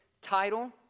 title